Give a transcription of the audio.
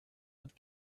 hat